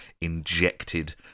injected